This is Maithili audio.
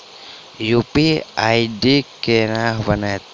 यु.पी.आई आई.डी केना बनतै?